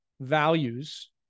values